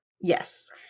Yes